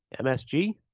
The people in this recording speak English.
MSG